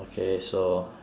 okay so